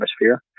atmosphere